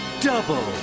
double